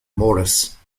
maurice